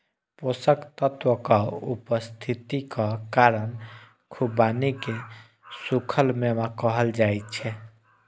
पोषक तत्वक उपस्थितिक कारण खुबानी कें सूखल मेवा कहल जाइ छै